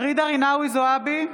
ג'ידא רינאוי זועבי,